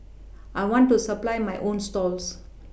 I want to supply my own stalls